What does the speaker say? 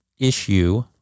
issue